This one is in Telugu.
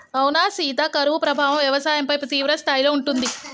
అవునా సీత కరువు ప్రభావం వ్యవసాయంపై తీవ్రస్థాయిలో ఉంటుంది